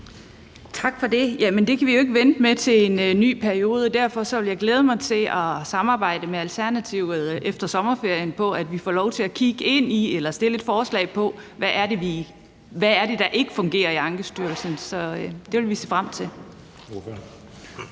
Tak for det. Jamen det kan vi jo ikke vente med til en ny periode. Derfor vil jeg glæde mig til at samarbejde med Alternativet efter sommerferien om, at vi får lov til at kigge ind i eller stille et forslag, i forhold til hvad det er, der ikke fungerer i Ankestyrelsen. Så det vil vi se frem til.